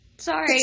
Sorry